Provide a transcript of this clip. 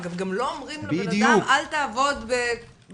אגב, גם לא אומרים לבן אדם: אל תעבוד בסופר,